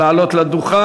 בבקשה לעלות לדוכן.